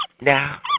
Now